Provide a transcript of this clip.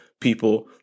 people